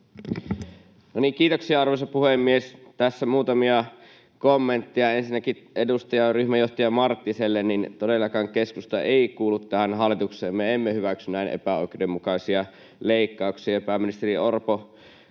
Kiitoksia, arvoisa puhemies! Tässä muutamia kommentteja. Ensinnäkin edustaja, ryhmäjohtaja Marttiselle: Todellakaan keskusta ei kuulu tähän hallitukseen. Me emme hyväksy näin epäoikeudenmukaisia leikkauksia. Pääministeri Orpo